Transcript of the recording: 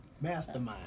Mastermind